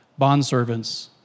Bondservants